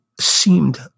seemed